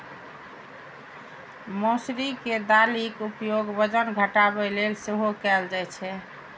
मौसरी के दालिक उपयोग वजन घटाबै लेल सेहो कैल जाइ छै